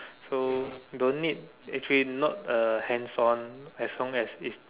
so don't need actually not uh hands on as long as it's